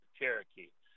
Cherokee